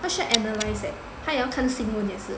他需要 analyze eh 他也要看新闻也是